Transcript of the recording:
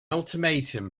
ultimatum